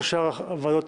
להרכבה.